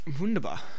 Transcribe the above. wunderbar